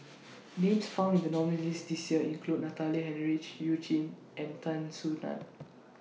Names found in The nominees' list This Year include Natalie Hennedige YOU Jin and Tan Soo NAN